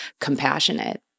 compassionate